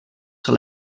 sur